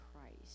Christ